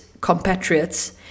compatriots